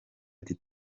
ati